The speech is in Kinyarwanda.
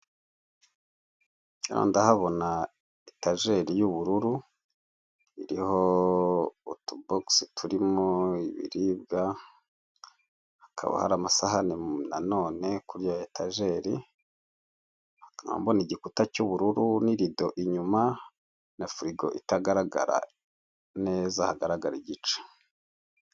Aha ndahabona etajeri y'ubururu iriho utubogisi turimo ibiribwa, hakaba hari amasahani nanone kuri iyo etajeri nkaba mbona igikuta cy'ubururu n'irido inyuma na firigo itagaragara neza hagaragara igice.